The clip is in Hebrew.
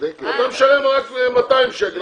אתה משלם רק 200 שקל,